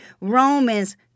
Romans